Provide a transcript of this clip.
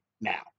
Now